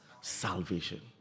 salvation